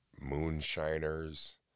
Moonshiners